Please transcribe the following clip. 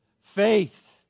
Faith